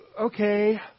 okay